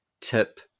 tip